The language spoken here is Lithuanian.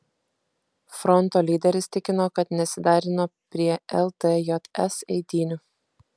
fronto lyderis tikino kad nesiderino prie ltjs eitynių